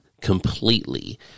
completely